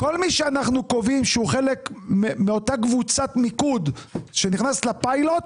כל מי שאנחנו קובעים שהוא חלק מאותה קבוצת מיקוד שנכנסת לפיילוט,